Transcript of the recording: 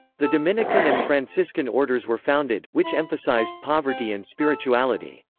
the dominican and franciscan orders were founded, which emphasized poverty and spirituality.